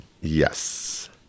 Yes